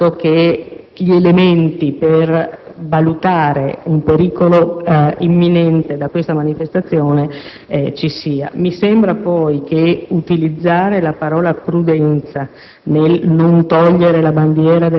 di vedere, anche dalla risposta che lei mi ha dato, che gli elementi per valutare un pericolo imminente da questa manifestazione ci siano. Mi sembra poi che utilizzare la parola «prudenza»